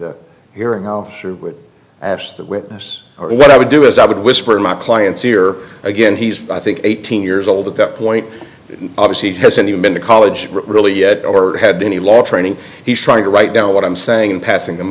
that hearing how would that witness or what i would do is i would whisper in my client's ear again he's i think eighteen years old at that point obviously hasn't even been to college really yet or had any law training he's trying to write down what i'm saying and passing them